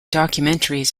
documentaries